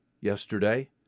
yesterday